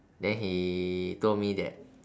then he told me that